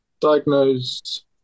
diagnosed